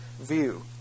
view